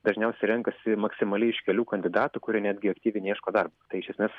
dažniausia renkasi maksimaliai iš kelių kandidatų kurie netgi aktyviai neieško darbo tai iš esmės